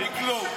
מכלום, מכלום.